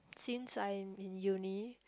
since I am in uni